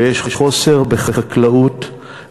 ויש חוסר בחקלאות,